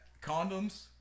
condoms